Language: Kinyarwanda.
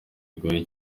kigoye